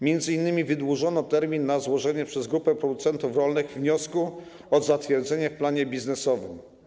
M.in. wydłużono termin na złożenie przez grupę producentów rolnych wniosku o zatwierdzenie w planie biznesowym.